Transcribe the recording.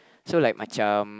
so like macam